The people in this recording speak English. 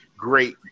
great